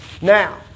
Now